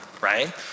right